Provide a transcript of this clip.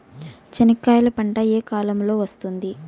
చెనక్కాయలు పంట ఏ కాలము లో వస్తుంది